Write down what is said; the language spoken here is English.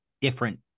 different